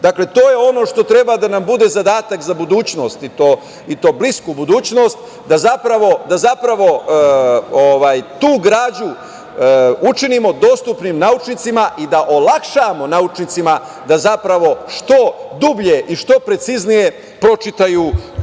i to je ono što treba da nam bude zadatak, za budućnost i to blisku budućnost, da zapravo tu građu učinimo dostupnim, naučnicima i olakšamo naučnicima da što dublje i što preciznije pročitaju tu muzejsku